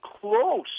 close